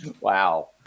Wow